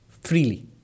freely